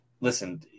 Listen